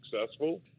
successful